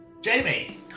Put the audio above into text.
Jamie